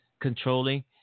Controlling